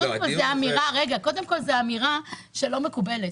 קודם כול, זאת אמירה לא מקובלת.